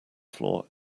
floor